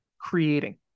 creating